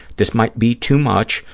this might be too much,